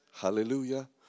hallelujah